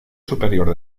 superior